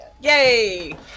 Yay